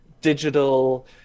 digital